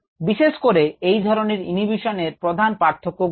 বিশেষ করে এই ধরনের ইনহিভিশন এর প্রধান পার্থক্য গুলি কি